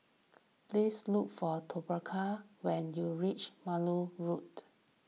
please look for Toccara when you reach Maude Road